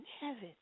heaven